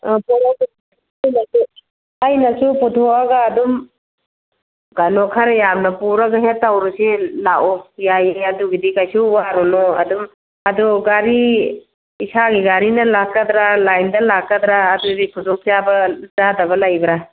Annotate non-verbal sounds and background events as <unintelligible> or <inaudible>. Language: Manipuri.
<unintelligible> ꯑꯩꯅꯁꯨ ꯄꯨꯊꯣꯛꯑꯒ ꯑꯗꯨꯝ ꯀꯩꯅꯣ ꯈꯔ ꯌꯥꯝꯅ ꯄꯨꯔꯒ ꯍꯦꯛ ꯇꯧꯔꯨꯁꯤ ꯂꯥꯛꯑꯣ ꯌꯥꯏꯌꯦ ꯑꯗꯨꯒꯤꯗꯤ ꯀꯩꯁꯨ ꯋꯥꯔꯨꯅꯨ ꯑꯗꯨꯝ ꯑꯗꯨ ꯒꯥꯔꯤ ꯏꯁꯥꯒꯤ ꯒꯥꯔꯤꯅ ꯂꯥꯛꯀꯗ꯭ꯔ ꯂꯥꯏꯟꯗ ꯂꯥꯛꯀꯗ꯭ꯔ ꯑꯗꯨꯒꯤ ꯈꯨꯗꯣꯡ ꯆꯥꯕ ꯆꯥꯗꯕ ꯂꯩꯕ꯭ꯔ